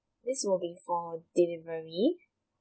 this will be for delivery